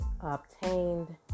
obtained